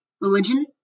religion